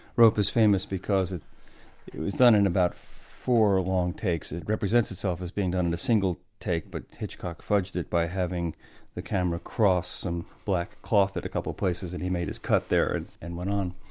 rope is famous because it it was done in about four long takes. it represents itself as being done in a single take but hitchcock fudged it by having the camera cross some black cloth in a couple of places and he made his cut there, and and went on.